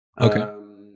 Okay